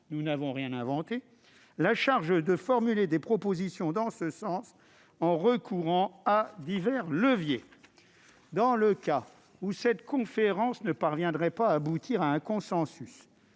nous n'avons rien inventé -, la charge de formuler des propositions en ce sens en recourant à divers leviers. Dans le cas où cette conférence ne parviendrait pas à trouver un consensus,